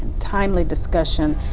timely discussion.